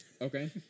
Okay